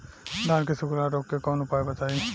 धान के सुखड़ा रोग के कौनोउपाय बताई?